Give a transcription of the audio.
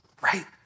right